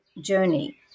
journey